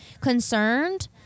concerned